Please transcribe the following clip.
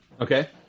Okay